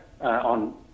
on